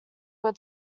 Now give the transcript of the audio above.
were